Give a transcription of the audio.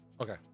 Okay